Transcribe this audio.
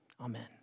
Amen